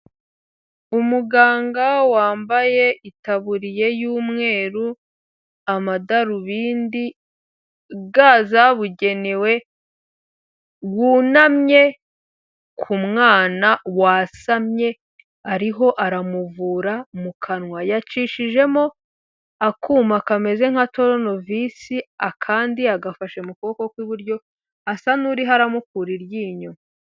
Umuganga wambaye itaburiye y'umweru, amadarubindi ga zabugenewe wunamye ku mwana wasamye ariho aramuvura mu kanwa. Yacishijemo akuma kameze nka toronovisi akandi agafashe mu kuboko kw'iburyo asa n'uriho aramukura iryinyo.